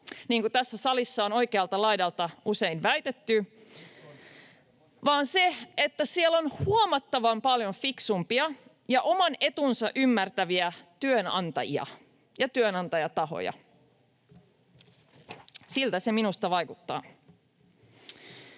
kuin tässä salissa on oikealta laidalta usein väitetty, vaan se, että siellä on huomattavan paljon fiksumpia ja oman etunsa ymmärtäviä työnantajia ja työnantajatahoja. Siltä se minusta vaikuttaa.